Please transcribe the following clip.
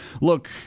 Look